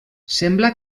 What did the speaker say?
sembla